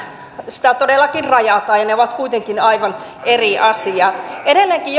sitä todellakin rajataan ja ne ovat kuitenkin aivan eri asiat edelleenkin